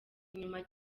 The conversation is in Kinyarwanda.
inyuma